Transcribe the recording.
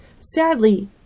Sadly